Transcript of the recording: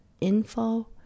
info